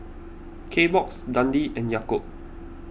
Kbox Dundee and Yakult